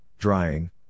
drying